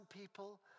people